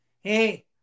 hey